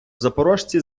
запорожці